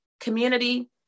community